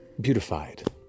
beautified